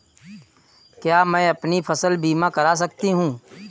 क्या मैं अपनी फसल बीमा करा सकती हूँ?